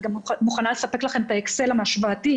גם מוכנה לספק לכם את האקסל ההשוואתי